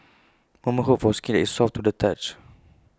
women hope for skin is soft to the touch